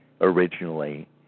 originally